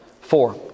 Four